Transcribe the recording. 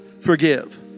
forgive